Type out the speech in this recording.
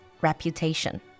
reputation